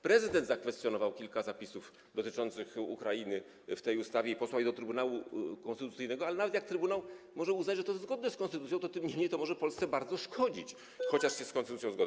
Prezydent zakwestionował kilka zapisów dotyczących Ukrainy w tej ustawie i posłał je do Trybunału Konstytucyjnego, ale nawet jak trybunał uzna, że to jest zgodne z konstytucją, to może to Polsce bardzo szkodzić, chociaż z konstytucją się zgadza.